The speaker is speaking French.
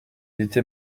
était